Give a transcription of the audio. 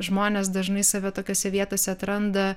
žmonės dažnai save tokiose vietose atranda